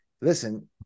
Listen